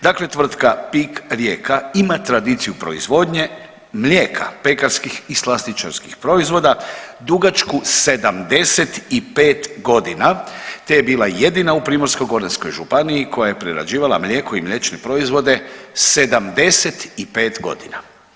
Dakle, tvrtka PIK Rijeka ima tradiciju proizvodnje mlijeka, pekarskih i slastičarskih proizvoda dugačku 75 godina te je bila jedina u Primorsko-goranskoj županiji koja je prerađivala mlijeko i mliječne proizvode 75 godina.